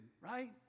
right